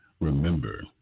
Remember